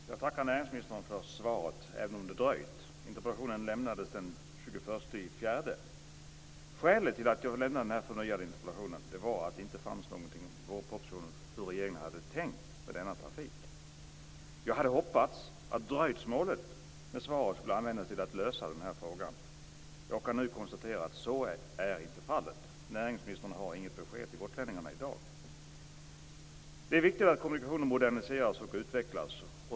Fru talman! Jag tackar näringsministern för svaret, även om det dröjt. Interpellationen ställdes den Skälet till att jag ställde denna förnyade interpellation var att det inte fanns något i vårpropositionen om hur regeringen hade tänkt sig denna trafik. Jag hade hoppats att dröjsmålet med svaret skulle ha använts till att reda upp den här frågan. Jag kan nu konstatera att så inte blivit fallet. Näringsministern har inget besked till gotlänningarna i dag. Det är viktigt att kommunikationer moderniseras och utvecklas.